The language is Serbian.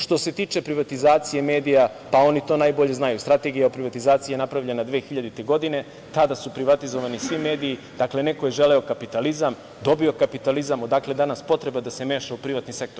Što se tiče privatizacije medija, pa oni to najbolje znaju, strategija privatizacije je napravljena 2000. godine i tada su privatizovani svi mediji, dakle neko je želeo kapitalizam, dobio je kapitalizam, odakle danas potreba da se meša u privatni sektor?